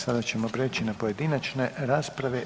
Sada ćemo prijeći na pojedinačne rasprave.